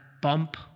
bump